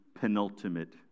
penultimate